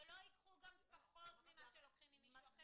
שלא ייקחו גם פחות ממה שלוקחים ממישהו אחר